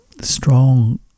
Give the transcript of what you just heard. strong